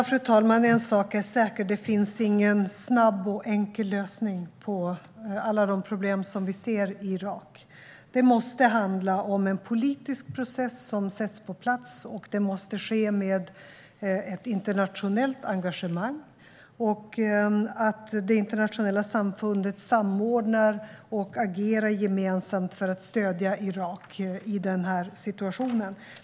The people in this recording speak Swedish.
Fru talman! En sak är säker: Det finns ingen snabb och enkel lösning på alla de problem som vi ser i Irak. Det måste handla om en politisk process som sätts på plats, och det måste ske med ett internationellt engagemang: att det internationella samfundet samordnar och agerar gemensamt för att stödja Irak i denna situation.